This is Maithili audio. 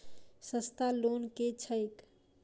सस्ता लोन केँ छैक